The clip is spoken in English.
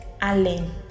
Allen